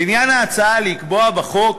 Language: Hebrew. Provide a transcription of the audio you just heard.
לעניין ההצעה לקבוע בחוק